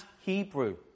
Hebrew